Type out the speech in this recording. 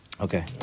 Okay